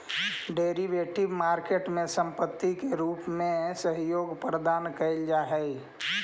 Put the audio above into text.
derivative market में संपत्ति के रूप में सहयोग प्रदान कैल जा हइ